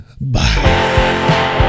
Bye